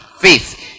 faith